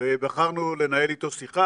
ובחרנו לנהל איתו שיחה,